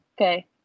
Okay